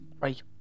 Right